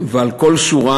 ועל כל שורה,